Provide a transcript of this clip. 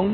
এবং